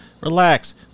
Relax